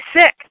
sick